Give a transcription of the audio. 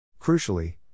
Crucially